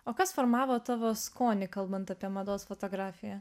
o kas formavo tavo skonį kalbant apie mados fotografiją